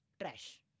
Trash